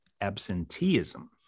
absenteeism